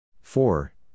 four